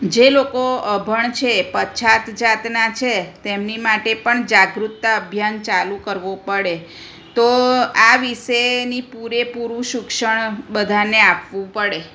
જે લોકો અભણ છે પછાત જાતના છે તેમની માટે પણ જાગૃતતા અભિયાન ચાલુ કરવો પડે તો આ વિષેની પૂરેપૂરું શિક્ષણ બધાને આપવું પડે